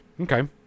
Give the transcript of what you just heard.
Okay